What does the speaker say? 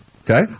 Okay